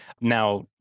Now